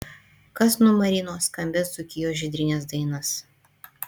kas numarino skambias dzūkijos žydrynės dainas